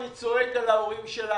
אני צועק על ההורים שלנו,